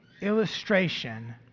illustration